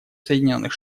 соединенных